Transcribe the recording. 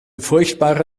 furchtbare